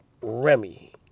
Remy